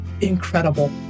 incredible